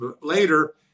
later